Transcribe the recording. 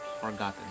forgotten